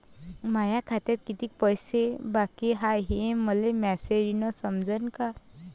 माया खात्यात कितीक पैसे बाकी हाय हे मले मॅसेजन समजनं का?